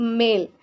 male